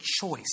choice